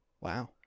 Wow